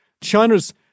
China's